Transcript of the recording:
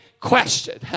question